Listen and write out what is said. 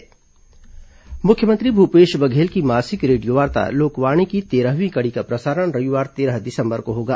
लोकवाणी मुख्यमंत्री भूपेश बघेल की मासिक रेडियोवार्ता लोकवाणी की तेरहवीं कड़ी का प्रसारण रविवार तेरह दिसंबर को होगा